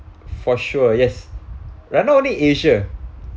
for sure yes run out only asia